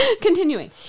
Continuing